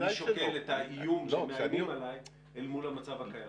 אני שוקל את האיום שמאיימים עליי אל מול המצב הקיים.